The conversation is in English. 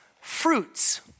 fruits